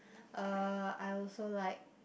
uh I also like